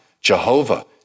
Jehovah